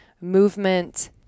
movement